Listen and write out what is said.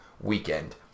weekend